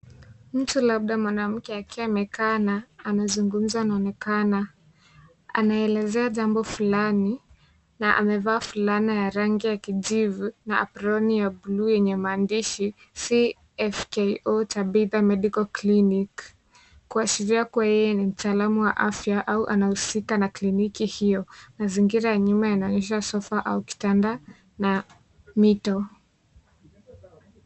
Mtu, labda mwanamke akiwa amekaa na anazungumza anaonekana. Anaelezea jambo fulani na amevaa fulana ya rangi ya kijivu na aproni ya bulu yenye maandishi CFK Tabitha medical clinic kuashira kuwa yeye ni mtaalamu wa afya au anahusika na cliniki hio. Mazingira ya nyuma yanaonyesha sofa au kitanda na mito.